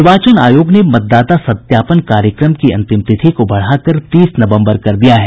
निर्वाचन आयोग ने मतदाता सत्यापन कार्यक्रम की अंतिम तिथि को बढ़ाकर तीस नवम्बर कर दिया है